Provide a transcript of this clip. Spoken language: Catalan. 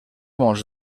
molts